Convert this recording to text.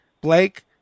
Blake